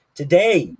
today